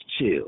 chill